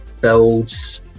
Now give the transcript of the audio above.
builds